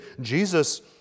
Jesus